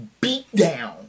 beatdown